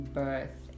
birth